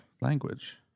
Language